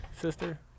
sister